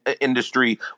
industry